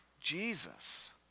Jesus